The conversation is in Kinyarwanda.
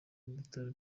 bitaro